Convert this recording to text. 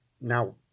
now